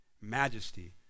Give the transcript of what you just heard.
Majesty